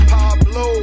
Pablo